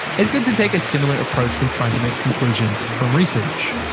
it's good to take a similar approach when trying to make conclusions from research.